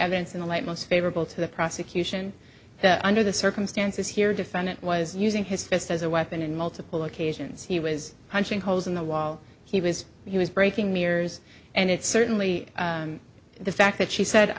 evidence in the light most favorable to the prosecution under the circumstances here defendant was using his fist as a weapon in multiple occasions he was punching holes in the wall he was he was breaking mirrors and it's certainly the fact that she said